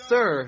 Sir